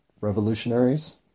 revolutionaries